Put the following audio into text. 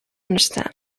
understand